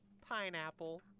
Pineapple